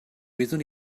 wyddwn